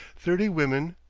thirty women,